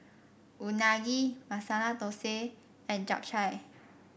Unagi Masala Dosa and Japchae